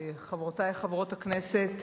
חברותי חברות הכנסת,